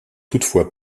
toutefois